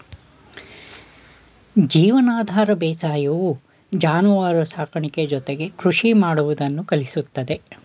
ಜೀವನಾಧಾರ ಬೇಸಾಯವು ಜಾನುವಾರು ಸಾಕಾಣಿಕೆ ಜೊತೆಗೆ ಕೃಷಿ ಮಾಡುವುದನ್ನು ಕಲಿಸುತ್ತದೆ